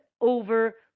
over